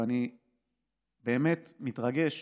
ואני באמת מתרגש